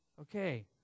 Okay